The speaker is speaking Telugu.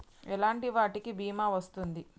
ఎలాంటి వాటికి బీమా వస్తుంది?